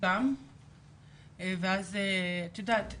גם ואז את יודעת,